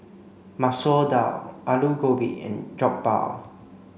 Masoor Dal Alu Gobi and Jokbal